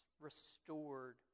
restored